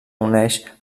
uneix